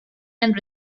and